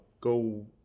go